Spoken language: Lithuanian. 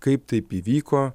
kaip taip įvyko